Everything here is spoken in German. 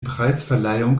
preisverleihung